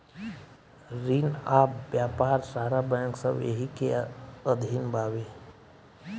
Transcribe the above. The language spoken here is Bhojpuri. रिन आ व्यापार सारा बैंक सब एही के अधीन बावे